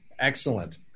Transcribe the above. Excellent